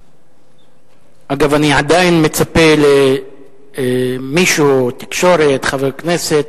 אגב, אני עדיין מצפה למישהו, תקשורת, חבר כנסת,